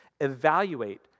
Evaluate